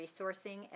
resourcing